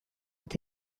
with